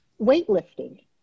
weightlifting